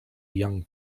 young